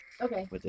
Okay